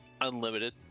unlimited